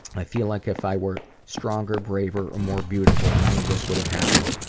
and i feel like if i were stronger, braver, or more beautiful, none of this would have happened.